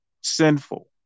sinful